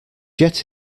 yet